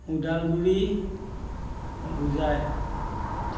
Udalguri Hojai